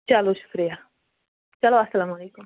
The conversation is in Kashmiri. چلو شُکریہ چلو اَسلامُ علیکُم